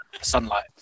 sunlight